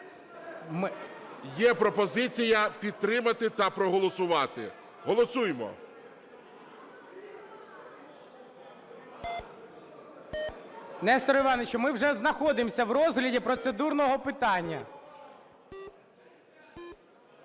Є пропозиція підтримати та проголосувати. Голосуймо! ГОЛОВУЮЧИЙ. Несторе Івановичу, ми вже знаходимося в розгляді процедурного питання.